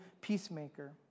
peacemaker